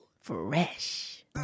Fresh